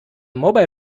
mobile